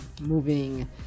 moving